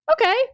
okay